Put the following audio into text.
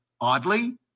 Oddly